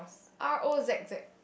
R O Z Z